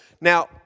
Now